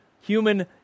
human